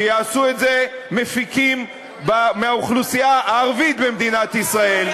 שיעשו את זה מפיקים מהאוכלוסייה הערבית במדינת ישראל,